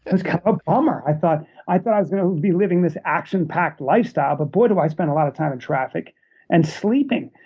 a bummer. i thought i thought i was going to be living this action packed lifestyle. but boy, do i spend a lot of time in traffic and sleeping.